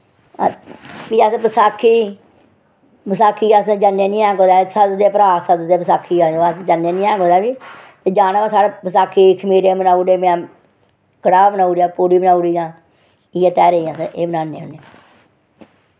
फ्ही अस बसाखी बसाखी अस जन्ने निं हैन कुतै सददे भ्रा सददे बसाखी आएओ अस जन्ने निं हैन कुतै बी ते जाना होऐ साढ़े बसाखी खमीरे बनाई ओड़े में कड़ाह् बनाई ओड़ेआ पूड़ी बनाई ओड़ी जां इ'यै तेहारें अस एह् बनान्ने होन्ने